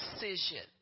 decision